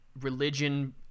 religion